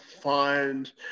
find